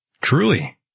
Truly